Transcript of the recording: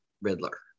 Riddler